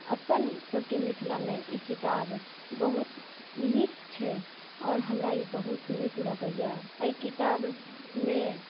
अपन सबके मिथिला मे ई किताब बहुत नीक छै आओर हमरा ई बहुत नीक लगैया एहि किताब मे